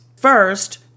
First